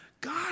god